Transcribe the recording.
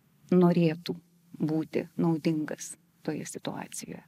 norėtų būti naudingas toje situacijoje